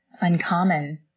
uncommon